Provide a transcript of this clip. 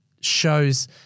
shows